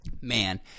man